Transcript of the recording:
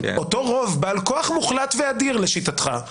אותו רוב בעל כוח מוחלט ואדיר לשיטתך,